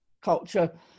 culture